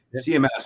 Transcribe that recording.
CMS